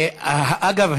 אגב,